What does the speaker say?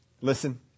listen